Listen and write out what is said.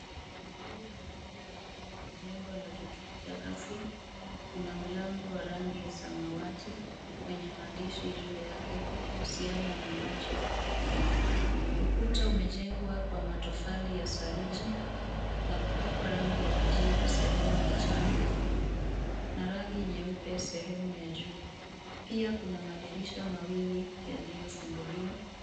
Huu ni ikumbi wa ndani wa jengo la kituo cha afya una mlango wa rangi ya smawati wenye maandishi juu yake kuhusiana na macho . Ukuta umejengwa kwa matofali ya saruji na kupakwa rangi ya kijivu sehemu ya chini na rangi nyeupe sehemu ya juu. Pia kuna madirisha mawili yaliyofunguliwa.